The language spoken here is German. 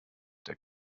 der